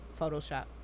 photoshop